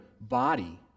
body